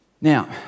now